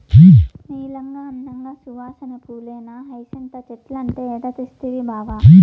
నీలంగా, అందంగా, సువాసన పూలేనా హైసింత చెట్లంటే ఏడ తెస్తవి బావా